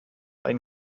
ein